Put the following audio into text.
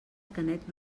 canet